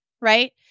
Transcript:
right